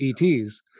ETs